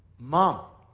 mom,